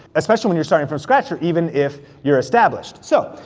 especially when you're starting from scratch, or even if you're established. so,